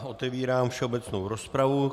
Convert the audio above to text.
Otevírám všeobecnou rozpravu.